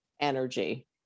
energy